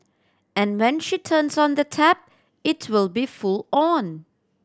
and when she turns on the tap it will be full on